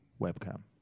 webcam